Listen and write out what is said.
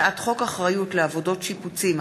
הצעת חוק אחריות לעבודות שיפוצים,